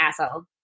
asshole